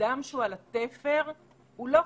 אדם שנמצא על התפר לא חוזר.